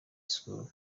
school